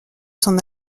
son